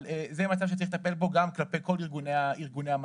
זה מצב שצריך לטפל בו גם כלפי כל ארגוני המעסיקים.